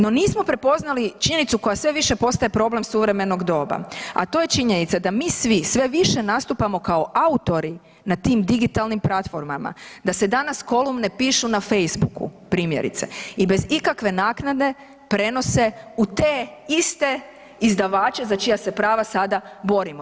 No nismo prepoznali činjenicu koja sve više postaje problem suvremenog doba, a to je činjenica da mi svi sve više nastupamo kao autori na tim digitalnim platformama, da se danas kolumne pišu na Facebooku primjerice i bez ikakve naknade prenose u te iste izdavače za čija se prava sada borimo.